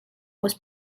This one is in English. was